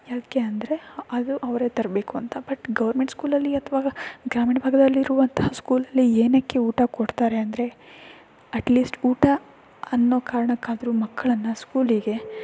ಯಾಕೆ ಅಂದರೆ ಅದು ಅವರೇ ತರಬೇಕು ಅಂತ ಬಟ್ ಗೌರ್ಮೆಂಟ್ ಸ್ಕೂಲಲ್ಲಿ ಅಥವಾ ಗ್ರಾಮೀಣ ಭಾಗದಲ್ಲಿರುವಂತಹ ಸ್ಕೂಲಲ್ಲಿ ಏನಕ್ಕೆ ಊಟ ಕೊಡ್ತಾರೆ ಅಂದರೆ ಅಟ್ ಲೀಸ್ಟ್ ಊಟ ಅನ್ನೋ ಕಾರಣಕ್ಕಾದ್ರೂ ಮಕ್ಕಳನ್ನ ಸ್ಕೂಲಿಗೆ